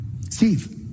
steve